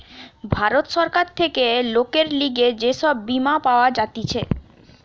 ভারত সরকার থেকে লোকের লিগে যে সব বীমা পাওয়া যাতিছে